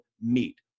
meet